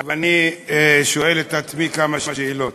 ואני שואל את עצמי כמה שאלות.